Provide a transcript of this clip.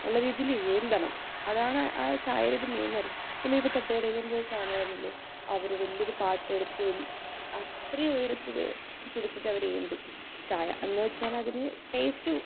നല്ല രീതിയിൽ ഏന്തണം അതാണ് ആ ചായയുടെ ഒരു നമ്മളൊക്കെ തട്ടുകടയിലും പോയി കാണാറില്ലേ അവർ വല്യൊരു പാട്ട എടുത്ത് വല്യ അത്രയും ഉയരത്തിൽ പിടിച്ചിട്ടവർ ഏന്തും ചായ എന്ന് വച്ചാലതിന് ടേസ്റ്റ്